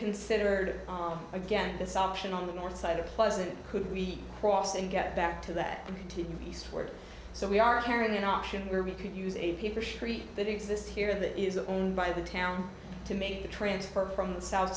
considered again this option on the north side of pleasant could we cross and get back to that and continue eastward so we are in an option where we could use a paper shriek that exists here that is owned by the town to make the transfer from the south